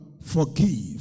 Forgive